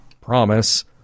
Promise